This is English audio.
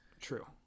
True